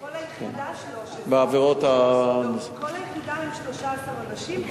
בכל היחידה משרתים 13 אנשים,